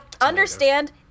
understand